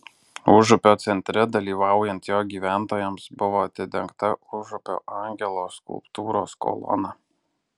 užupio centre dalyvaujant jo gyventojams buvo atidengta užupio angelo skulptūros kolona